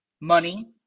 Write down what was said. money